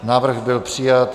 Návrh byl přijat.